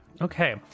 Okay